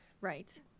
Right